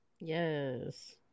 Yes